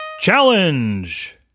Challenge